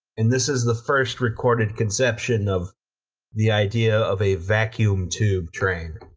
and this is the first recorded conception of the idea of a vacuum tube train.